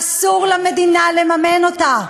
אסור למדינה לממן אותה.